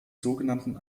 sogenannten